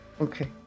Okay